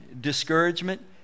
discouragement